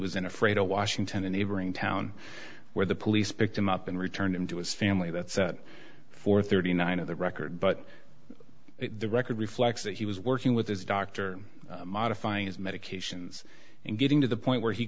in afraid of washington a neighboring town where the police picked him up and returned him to his family that's it for thirty nine of the record but the record reflects that he was working with his doctor modifying his medications and getting to the point where he